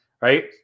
Right